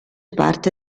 parte